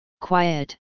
Quiet